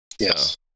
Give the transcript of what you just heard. Yes